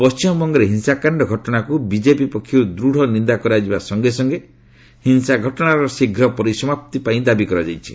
ପଣ୍ଠିମବଙ୍ଗରେ ହିଂସାକାଣ୍ଡ ଘଟଣାକ୍ର ବିଜେପି ପକ୍ଷରୁ ଦୂତ୍ ନିନ୍ଦା କରାଯିବା ସଙ୍ଗେ ସଙ୍ଗେ ହିଂସା ଘଟଶାର ଶୀଘ୍ର ପରିସମାପ୍ତି ପାଇଁ ଦାବି କରାଯାଇଛି